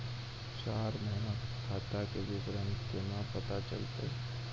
चार महिना के खाता के विवरण केना पता चलतै?